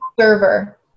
server